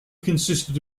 consisted